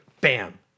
bam